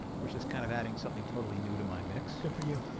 which is kind of adding something totally new to my mix. good for you.